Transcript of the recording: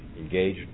Engage